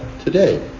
today